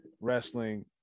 wrestling